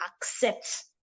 accept